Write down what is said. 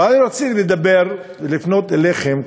ואני רציתי לדבר ולפנות אליכם,